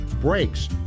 Brakes